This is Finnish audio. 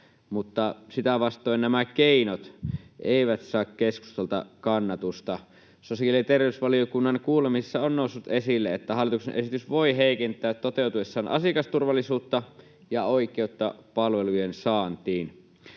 sitä vastoin nämä keinot eivät saa keskustalta kannatusta. Sosiaali- ja terveysvaliokunnan kuulemisissa on noussut esille, että hallituksen esitys voi toteutuessaan heikentää asiakasturvallisuutta ja oikeutta palvelujen saantiin.